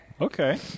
Okay